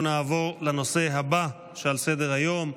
נעבור לנושא הבא על סדר-היום,